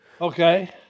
Okay